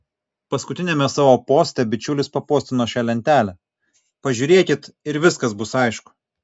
paskutiniame savo poste bičiulis papostino šią lentelę pažiūrėkit ir viskas bus aišku